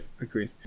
agreed